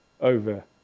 over